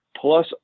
plus